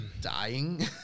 Dying